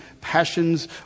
passions